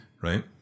right